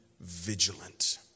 vigilant